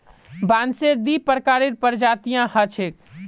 बांसेर दी प्रकारेर प्रजातियां ह छेक